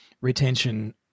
retention